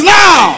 now